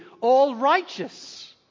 all-righteous